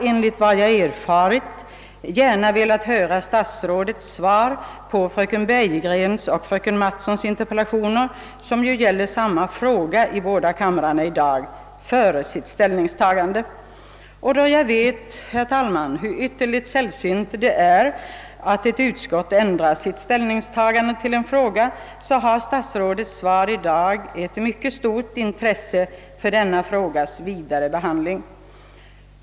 Enligt vad jag erfarit har man gärna velat höra statsrådets svar på fröken Bergegrens och fröken Mattsons interpellationer, som ju gäller samma fråga i båda kamrarna, innan utskottet tar ställning. Och då jag vet, hur ytterligt sällsynt det är att ett utskott ändrar sitt ställningstagande i en fråga, har statsrådets svar i dag ett mycket stort intresse för frågans vidare behandling.